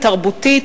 התרבותית,